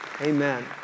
Amen